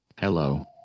Hello